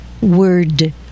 Word